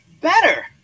better